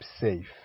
safe